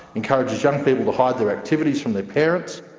encourages young people to hide their activities from their parents.